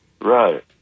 right